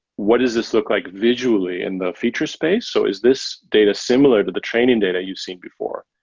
what does this look like visually in the feature space? so is this data similar to the training data you've seen before?